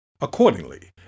accordingly